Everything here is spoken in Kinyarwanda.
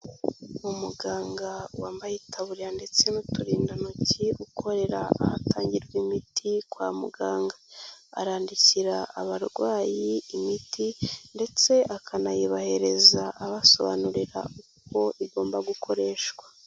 Umuganga wambaye itaburiya ndetse n'uturindantoki ukorera ahatangirwa imiti kwa muganga arandikira abarwayi imiti ndetse akanayibahereza abasobanurira uko igomba gukoreshwa.